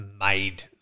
made